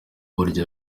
burya